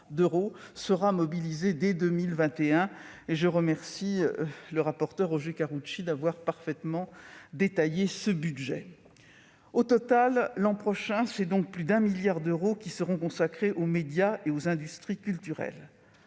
sera mobilisée dès 2021. Je remercie le rapporteur spécial Roger Karoutchi d'avoir parfaitement détaillé ce budget. Au total, l'an prochain, c'est donc plus de 1 milliard d'euros qui seront consacrés aux médias et aux industries culturelles.